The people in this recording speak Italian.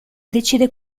decide